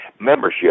membership